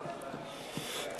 בבקשה.